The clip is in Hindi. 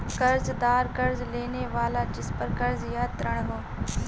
कर्ज़दार कर्ज़ लेने वाला जिसपर कर्ज़ या ऋण हो